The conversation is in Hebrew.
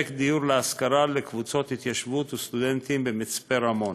פרויקט דיור להשכרה לקבוצות התיישבות וסטודנטים במצפה-רמון,